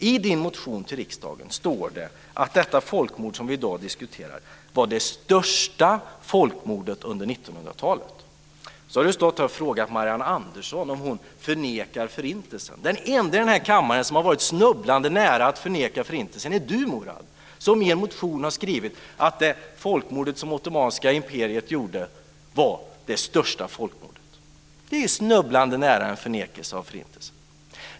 I hans motion till riksdagen står det att det folkmord som han då diskuterar var det största folkmordet under 1900-talet. Sedan har han här frågat Marianne Andersson om hon förnekar Förintelsen. Den ende här i kammaren som har varit snubblande nära att förneka Förintelsen är Murad, som i en motion har skrivit att det folkmord som det ottomanska imperiet genomförde var det största folkmordet. Det är snubblande nära en förnekelse av Förintelsen.